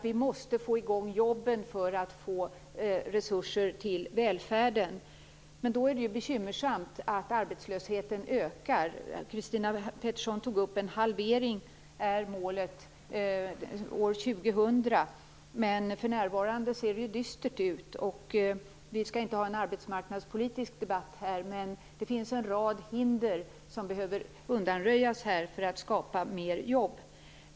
Vi måste få i gång jobben för att få resurser till välfärden, men då är det ju bekymmersamt att arbetslösheten ökar. Christina Pettersson nämnde att målet är att arbetslösheten skall halveras till år 2000, men för närvarande ser det ju dystert ut. Vi skall inte ha en arbetsmarknadspolitisk debatt här nu, men jag vill ändå påpeka att det finns en rad hinder som behöver undanröjas för att skapa mer jobb.